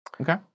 Okay